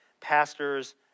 pastors